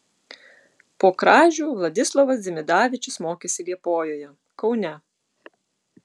po kražių vladislovas dzimidavičius mokėsi liepojoje kaune